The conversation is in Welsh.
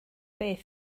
beth